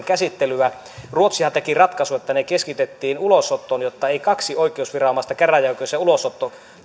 käsittelyä ruotsihan teki ratkaisun että ne keskitettiin ulosottoon jotta ei kahden oikeusviranomaisen käräjäoikeuden ja ulosoton